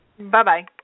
Bye-bye